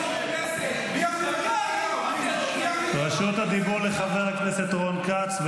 מה יש לנו להציע --- רשות הדיבור לחבר הכנסת רון כץ,